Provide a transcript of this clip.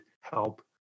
help